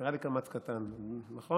נראה לי קמץ קטן, נכון?